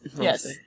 yes